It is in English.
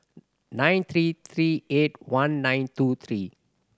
nine three three eight one nine two three